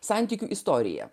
santykių istoriją